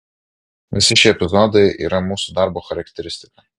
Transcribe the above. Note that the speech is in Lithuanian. visi šie epizodai yra mūsų darbo charakteristika